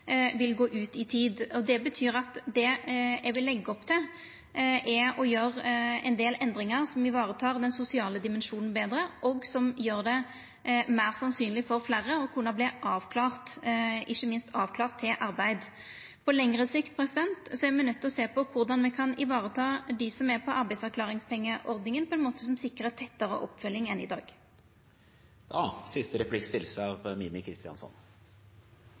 vil gå ut i tid. Det betyr at det eg vil leggja opp til, er å gjera ein del endringar som varetek den sosiale dimensjonen betre, og som gjer det meir sannsynleg for fleire å kunna verta avklart – ikkje minst avklart til arbeid. På lengre sikt er me nøydde til å sjå på korleis me kan vareta dei som er på arbeidsavklaringspengeordninga på ein måte som sikrar tettare oppfølging enn i dag.